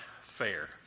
fair